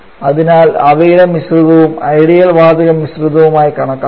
അതിനാൽ അവയുടെ മിശ്രിതവും ഐഡിയൽ വാതക മിശ്രിതമായി കണക്കാക്കണം